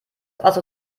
also